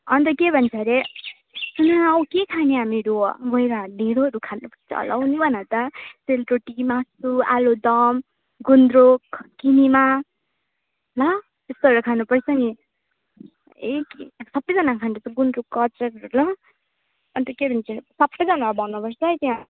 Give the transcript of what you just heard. अन्त के भन्छ अरे सुन न हो के खाने हामीहरू गएर ढेँडोहरू खानुपर्छ होला नि भन त सेलरोटी कि मासु आलुदम गुन्द्रुक किनेमा ल त्यस्तोहरू खानुपर्छ नि ए सबैजनाले खानुपर्छ गुन्द्रुकको अचारहरू ल अन्त के भन्छ सबैजनालाई भन्नुपर्छ है त्यहाँ